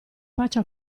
faccia